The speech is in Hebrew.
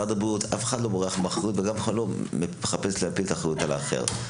אף אחד לא בורח מאחריות ואף אחד לא מחפש להפיל את האחריות על האחר.